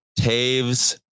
Taves